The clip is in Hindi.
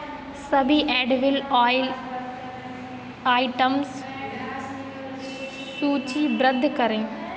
सभी एडिबल आयल आइटम्स सूचीबद्ध करें